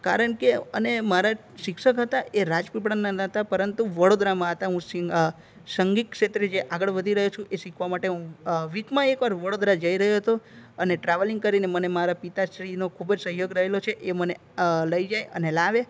કારણ કે અને મારા શિક્ષક હતા એ રાજપીપળાના હતા પરંતુ વડોદરામાં હતા હું સંગીત ક્ષેત્રે જે આગળ વધી રહ્યો છું એ શીખવા માટે હું વીકમાં એક વાર વડોદરા જઈ રહ્યો હતો અને ટ્રાવેલિંગ કરીને મને મારા પિતાશ્રીનો ખૂબ સહયોગ રહેલો છે એ મને લઈ જાય અને લાવે